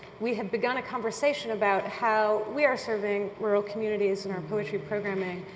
we have begun a conversation about how we are serving rural communities in our poetry programming,